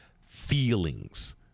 feelings